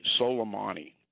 Soleimani